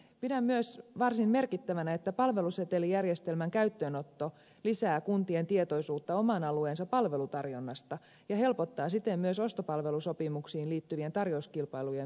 pidän myös varsin merkittävänä että palvelusetelijärjestelmän käyttöönotto lisää kuntien tietoisuutta oman alueensa palvelutarjonnasta ja helpottaa siten myös ostopalvelusopimuksiin liittyvien tarjouskilpailujen toteuttamista